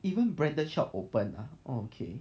even branded shop open ah okay